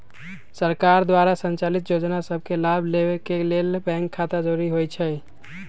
सरकार द्वारा संचालित जोजना सभके लाभ लेबेके के लेल बैंक खता जरूरी होइ छइ